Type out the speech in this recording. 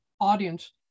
audience